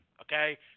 okay